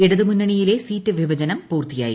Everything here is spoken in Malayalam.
ഇടതുമുന്നണിയിലെ സീറ്റ് വിഭജനം പൂർത്തിയായി